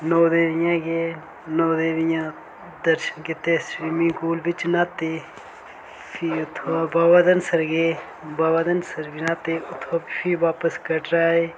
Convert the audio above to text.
नौ देवियां गे नौ देवियां च दर्शन कीते स्विमिंग पूल बिच न्हाते ते फ्ही उत्थुआं बाबा धनसर गे ते बाबा धनसर बी न्हाते ते बी कटरा आए